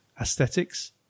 aesthetics